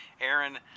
Aaron